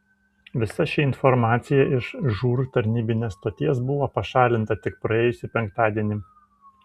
visa ši informacija iš žūr tarnybinės stoties buvo pašalinta tik praėjusį penktadienį